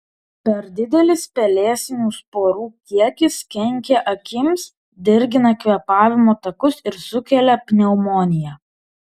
per didelis pelėsinių sporų kiekis kenkia akims dirgina kvėpavimo takus ir sukelia pneumoniją